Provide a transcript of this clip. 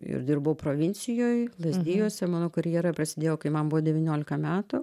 ir dirbau provincijoj lazdijuose mano karjera prasidėjo kai man buvo devyniolika metų